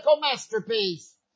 masterpiece